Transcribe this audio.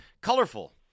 colorful